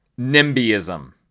NIMBYism